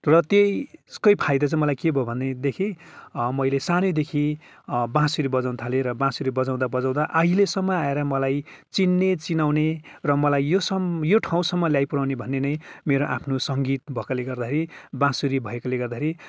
र त्यसकै फाइदा चाहिँ मलाई के भयो भनेदेखि मैले सानैदेखि बाँसुरी बजौउनु थालेँ र बाँसुरी बजौउँदा बजौउँदा अहिलेसम्म आएर मलाई चिन्ने चिनाउने र मलाई यो यो ठाउँसम्म ल्याइपुराउने भन्ने नै मेरो आफ्नो सङ्गीत भएकोले गर्दाखेरि बाँसुरी भएकोले गर्दाखेरि